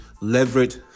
leverage